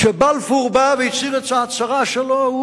כשבלפור בא והצהיר את ההצהרה שלו,